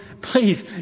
please